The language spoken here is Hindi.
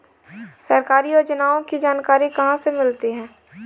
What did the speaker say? सरकारी योजनाओं की जानकारी कहाँ से मिलती है?